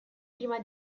prima